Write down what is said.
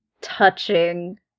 touching